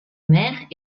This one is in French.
mère